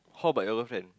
how about your girlfriend